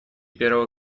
первого